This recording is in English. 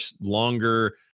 longer